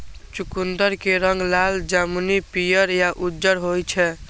चुकंदर के रंग लाल, जामुनी, पीयर या उज्जर होइ छै